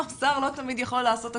לא, שר לא תמיד יכול לעשות הכול,